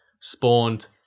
spawned